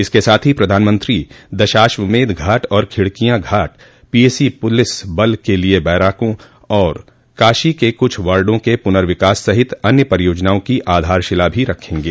इसके साथ ही प्रधानमंत्री दशाश्वमेध घाट और खिड़किया घाट पीएसी पुलिस बल के लिए बैरकों और काशी के कुछ वार्डों के पुनर्विकास सहित अन्य परियोजनाओं की आधारशिला भी रखेंगे